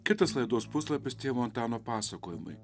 kitas laidos puslapis tėvo antano pasakojimai